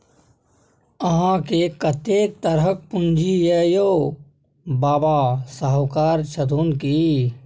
अहाँकेँ कतेक तरहक पूंजी यै यौ? बाबा शाहुकार छथुन की?